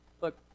look